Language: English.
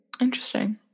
Interesting